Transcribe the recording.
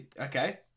Okay